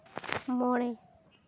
ᱢᱚᱬᱮ